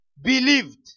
believed